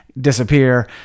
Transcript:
disappear